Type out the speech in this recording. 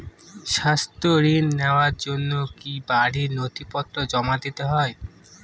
স্বাস্থ্য ঋণ নেওয়ার জন্য কি বাড়ীর নথিপত্র জমা দিতেই হয়?